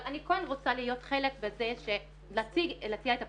אבל אני כן רוצה להציע את הפתרון.